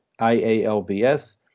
IALVS